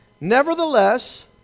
nevertheless